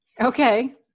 Okay